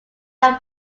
are